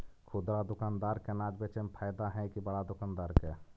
खुदरा दुकानदार के अनाज बेचे में फायदा हैं कि बड़ा दुकानदार के?